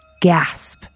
gasp